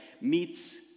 meets